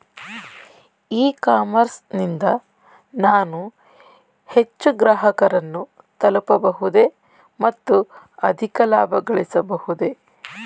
E commerce ನಿಂದ ನಾನು ಹೆಚ್ಚು ಗ್ರಾಹಕರನ್ನು ತಲುಪಬಹುದೇ ಮತ್ತು ಅಧಿಕ ಲಾಭಗಳಿಸಬಹುದೇ?